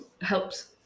helps